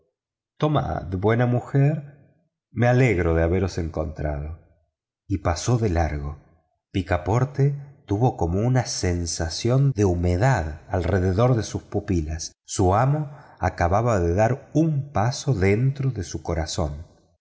tomad buena mujer me alegro de haberos encontrado y pasó de largo picaporte tuvo como una sensación de humedad alrededor de sus pupilas su amo acababa de dar un paso dentro de su corazón